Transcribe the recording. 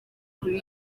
kuri